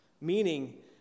meaning